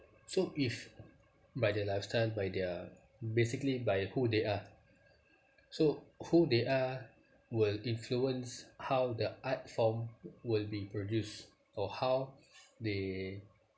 so if by their lifestyle by their basically by who they are so who they are will influence how the art form will be produced or how they